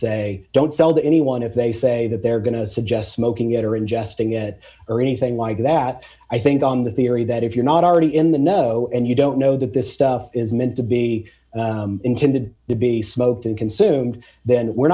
say don't sell that anyone if they say that they're going to suggest smoking it or ingesting it or anything like that i think on the theory that if you're not already in the know and you don't know that this stuff is meant to be intended to be smoked and consumed then we're